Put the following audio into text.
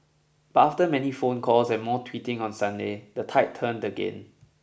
but after many phone calls and more tweeting on Sunday the tide turned again